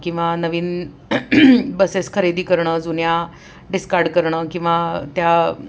किंवा नवीन बसेस खरेदी करणं जुन्या डिस्कार्ड करणं किंवा त्या